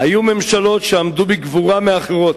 היו ממשלות שעמדו בגבורה יותר מאחרות,